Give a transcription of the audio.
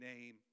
name